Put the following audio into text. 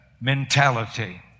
mentality